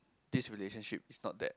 this relationship is not that